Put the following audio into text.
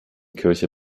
kirche